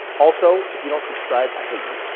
also, if you don't subscribe, i hate you.